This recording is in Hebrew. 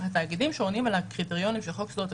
הם תאגידים שעונים על הקריטריונים של חוק יסודות התקציב,